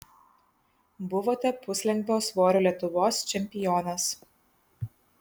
buvote puslengvio svorio lietuvos čempionas